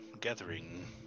gathering